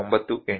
95 4